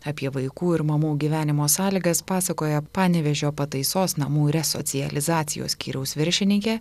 apie vaikų ir mamų gyvenimo sąlygas pasakoja panevėžio pataisos namų resocializacijos skyriaus viršininkė